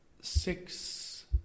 Six